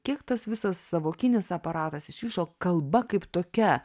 kiek tas visas sąvokinis aparatas iš viso kalba kaip tokia